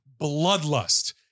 bloodlust